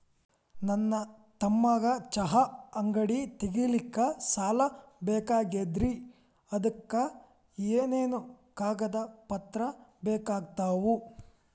ನನ್ನ ತಮ್ಮಗ ಚಹಾ ಅಂಗಡಿ ತಗಿಲಿಕ್ಕೆ ಸಾಲ ಬೇಕಾಗೆದ್ರಿ ಅದಕ ಏನೇನು ಕಾಗದ ಪತ್ರ ಬೇಕಾಗ್ತವು?